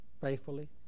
faithfully